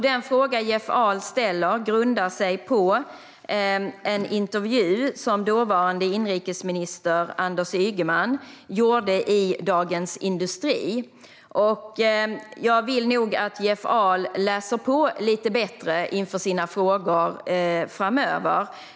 Jeff Ahls fråga grundar sig på en intervju som den dåvarande inrikesministern Anders Ygeman gjorde i Dagens industri. Jag vill nog att Jeff Ahl läser på lite bättre inför sina frågor framöver.